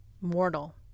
mortal